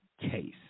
case